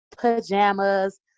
pajamas